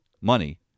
money